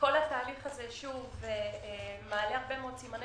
כל התהליך הזה מעלה הרבה מאוד סימני